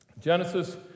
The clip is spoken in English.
Genesis